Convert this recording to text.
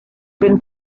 been